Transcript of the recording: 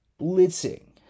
blitzing